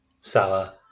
Salah